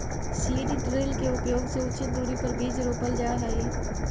seed drill के उपयोग से उचित दूरी पर बीज रोपल जा हई